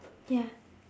ya